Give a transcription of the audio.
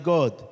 God